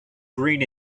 green